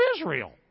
Israel